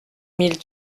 mille